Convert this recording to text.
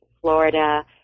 Florida